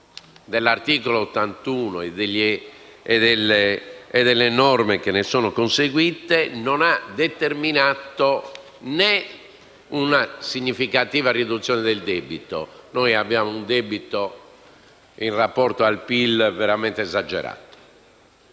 della Costituzione e alle norme che ne sono conseguite, non ha determinato né una significativa riduzione del debito (noi abbiamo un debito in rapporto al PIL veramente esagerato),